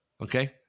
okay